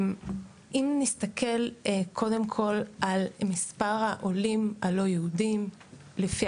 אם נסתכל קודם כל על מספר העולים הלא יהודים לפי